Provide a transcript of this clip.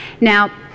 Now